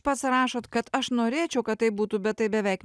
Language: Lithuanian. pats rašot kad aš norėčiau kad taip būtų bet tai beveik